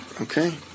Okay